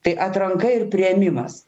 tai atranka ir priėmimas